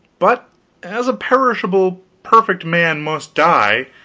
but as a perishable perfect man must die,